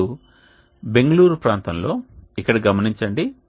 ఇప్పుడు బెంగుళూరు ప్రాంతంలో ఇక్కడ గమనించండి